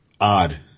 odd